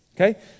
Okay